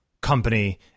company